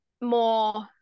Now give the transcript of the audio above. more